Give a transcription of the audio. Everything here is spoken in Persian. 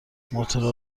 موتورا